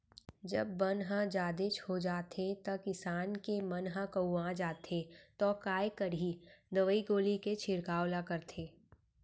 जब बन ह जादेच हो जाथे त किसान के मन ह कउवा जाथे तौ काय करही दवई गोली के छिड़काव ल करथे